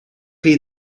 chi